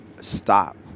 stop